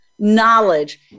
knowledge